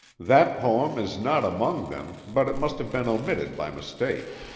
that poem is not among them, but it must have been omitted by mistake.